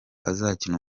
azakina